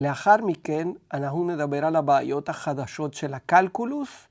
‫לאחר מכן, אנחנו נדבר על הבעיות ‫החדשות של הקלקולוס.